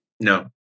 No